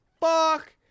fuck